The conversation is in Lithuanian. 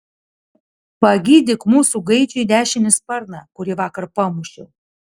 pagydyk mūsų gaidžiui dešinį sparną kurį vakar pamušiau